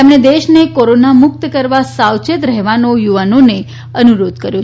તેમણે દેશને કોરોના મુકત કરવા સાવચેત રહેવાનો યુવાનોને અનુરોધ કર્યો